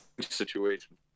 situation